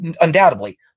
undoubtedly